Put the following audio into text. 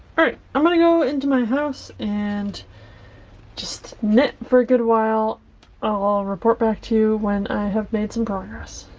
right i'm gonna go into my house and just knit for a good while i'll report back to you when i have made some progress.